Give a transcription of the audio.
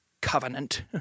covenant